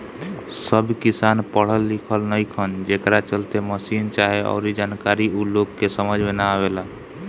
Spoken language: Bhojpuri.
सब किसान पढ़ल लिखल नईखन, जेकरा चलते मसीन चाहे अऊरी जानकारी ऊ लोग के समझ में ना आवेला